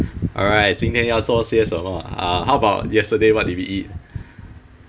alright 今天要说些什么 uh how about yesterday what did we eat